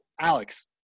Alex